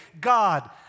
God